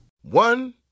One